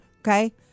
Okay